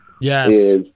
Yes